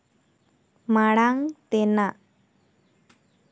ᱢᱟᱲᱟᱝ ᱛᱮᱱᱟᱜ